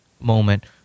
moment